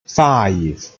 five